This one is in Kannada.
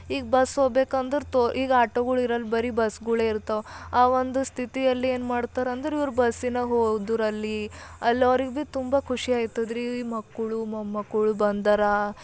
ಈಗ ಬಸ್ ಹೋಗ್ಬೇಕಂದ್ರೆ ತೋ ಈಗ ಆಟಗಳು ಇರಲ್ಲ ಬರಿ ಬಸ್ಗಳು ಇರ್ತಾವ ಆ ಒಂದು ಸ್ಥಿತಿಯಲ್ಲಿ ಏನು ಮಾಡ್ತಾರೆ ಅಂದರೆ ಇವ್ರು ಬಸ್ಸಿನ ಎದುರಲ್ಲಿ ಅಲ್ಲಿ ಅವ್ರಿಗೆ ಭೀ ತುಂಬ ಖುಷಿ ಆಯ್ತದ್ರಿ ಈ ಮಕ್ಕಳು ಮೊಮ್ಮಕ್ಕಳು ಬಂದಾರ